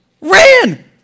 ran